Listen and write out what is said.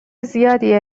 زیادی